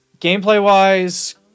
Gameplay-wise